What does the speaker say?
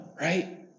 right